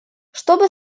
чтобы